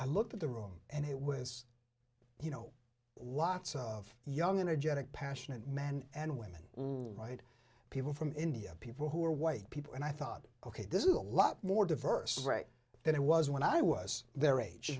i looked at the room and it was you know lots of young energetic passionate men and women right people from india people who are white people and i thought ok this is a lot more diverse right than it was when i was their age